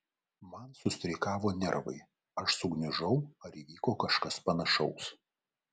man sustreikavo nervai aš sugniužau ar įvyko kažkas panašaus